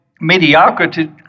mediocrity